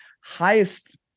highest